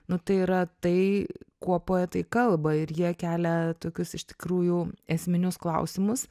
nu tai yra tai kuo poetai kalba ir jie kelia tokius iš tikrųjų esminius klausimus